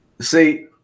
See